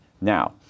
Now